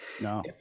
no